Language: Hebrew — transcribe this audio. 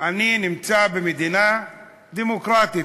אני נמצא במדינה דמוקרטית.